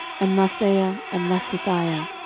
and maaseiah, and mattithiah,